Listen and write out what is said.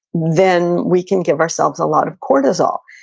then we can give ourselves a lot of cortisol.